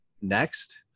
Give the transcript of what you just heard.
next